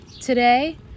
today